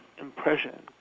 impression